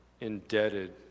indebted